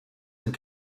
and